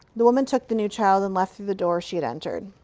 the woman took the newchild and left through the door she had entered.